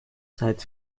zeit